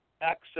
access